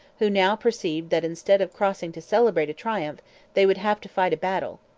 who now perceived that instead of crossing to celebrate a triumph they would have to fight a battle.